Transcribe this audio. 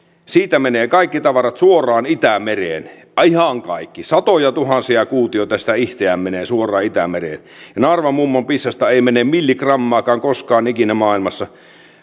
siitä menee kaikki tavarat suoraan itämereen ihan kaikki satojatuhansia kuutioita sitä ihteään menee suoraan itämereen ja naarvan mummon pissasta ei mene milligrammaakaan koskaan ikinä maailmassa